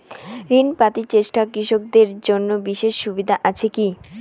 ঋণ পাতি চেষ্টা কৃষকদের জন্য বিশেষ সুবিধা আছি কি?